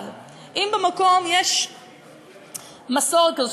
אבל אם במקום יש מסורת כזאת,